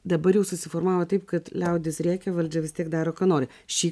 dabar jau susiformavo taip kad liaudis rėkia valdžia vis tiek daro ką nori šį